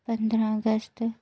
पंदरा अगस्त